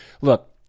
look